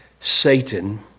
Satan